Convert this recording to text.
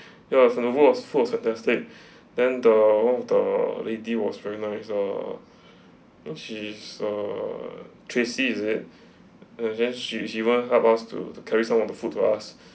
ya for the most of food is fantastic than the long the lady was very nice err she's err tracy isn't it err just she she went help us to to carry some of the food to us